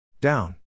Down